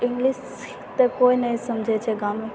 English तऽ कोइ नहि समझै छै गाँवमे